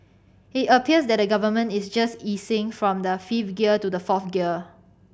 it appears that the Government is just easing from the fifth gear to the fourth gear